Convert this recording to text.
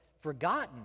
forgotten